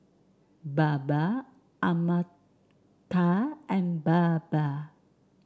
Baba Amartya and Baba